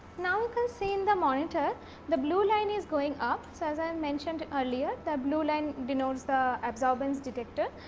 now we can see in the monitor the blue line is going up. so, as i mentioned earlier that blue line denotes the absorbance detector.